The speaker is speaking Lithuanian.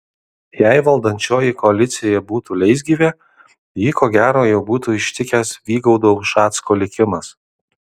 jei valdančioji koalicija būtų leisgyvė jį ko gero jau būtų ištikęs vygaudo ušacko likimas